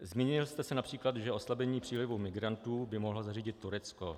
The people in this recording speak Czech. Zmínil jste se například, že oslabení přílivu migrantů by mohlo zařídit Turecko.